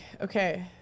okay